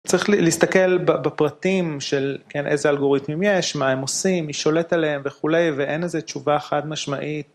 צריך להסתכל בפרטים של איזה אלגוריתמים יש, מה הם עושים, מי שולט עליהם וכולי, ואין לזה תשובה חד משמעית.